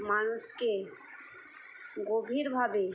মানুষকে গভীরভাবে